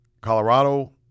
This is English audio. Colorado